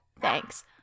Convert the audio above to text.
Thanks